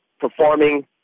performing